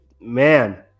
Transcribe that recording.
man